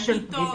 שלנו,